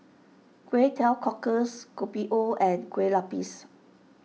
Kway Teow Cockles Kopi O and Kueh Lupis